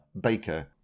baker